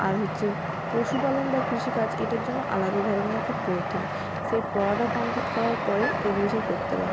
আর হচ্ছে পশুপালন বা কৃষিকাজের এটার জন্য আলাদা ধরনের একটা পড়তে হয় সেই পড়াটা কমপ্লিট করার পরেই এগুলো সব করতে পারে